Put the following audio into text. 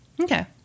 Okay